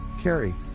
Carrie